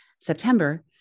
September